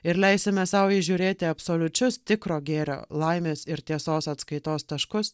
ir leisime sau įžiūrėti absoliučius tikro gėrio laimės ir tiesos atskaitos taškus